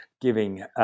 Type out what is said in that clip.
giving